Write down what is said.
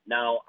Now